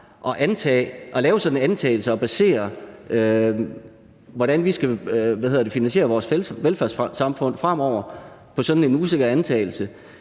at man vil basere den måde, vi skal finansiere vores velfærdssamfund på fremover, på sådan en usikker antagelse.